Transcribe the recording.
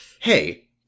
Hey